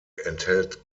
enthält